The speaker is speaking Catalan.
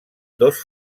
dos